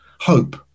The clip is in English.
hope